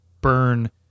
burn